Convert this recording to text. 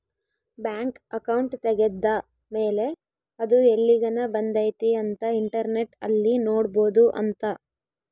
bank account ತೆಗೆದ್ದ ಮೇಲೆ ಅದು ಎಲ್ಲಿಗನ ಬಂದೈತಿ ಅಂತ ಇಂಟರ್ನೆಟ್ ಅಲ್ಲಿ ನೋಡ್ಬೊದು ಅಂತ